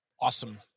awesome